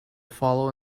follow